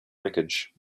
wreckage